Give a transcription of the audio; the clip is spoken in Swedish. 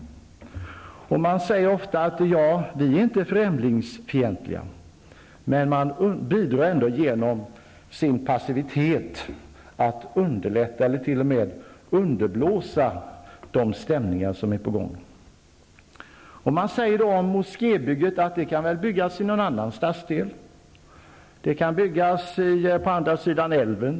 Många av dessa människor anser sig själva inte vara främlingsfientliga, men de bidrar ändå genom sin passivitet till att underlätta eller ibland t.o.m. underblåsa dessa stämningar. Man säger att moskébygget väl kan ske i någon annan stadsdel, t.ex. på andra sidan älven.